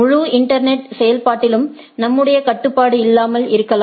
முழு இன்டர்நெட் செயல்பாட்டிலும் நம்முடைய கட்டுப்பாடு இல்லாமல் இருக்கலாம்